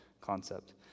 concept